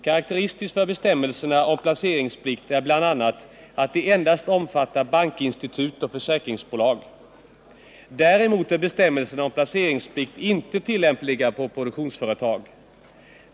Karakteristiskt för bestämmelserna om placeringsplikt är bl.a. att de endast omfattar bankinstitut och försäkringsbolag. Däremot är bestämmelserna om placeringsplikt inte tillämpliga på produktionsföretag.